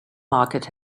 market